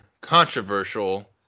controversial